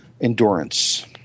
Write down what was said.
endurance